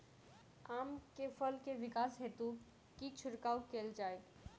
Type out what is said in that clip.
आम केँ फल केँ विकास हेतु की छिड़काव कैल जाए?